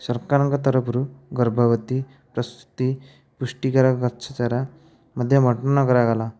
ସରକାରଙ୍କ ତରଫରୁ ଗର୍ଭବତୀ ପ୍ରସୂତି ପୁଷ୍ଟିକର ଗଛ ଚାରା ମଧ୍ୟ ବଣ୍ଟନ କରାଗଲା